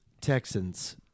Texans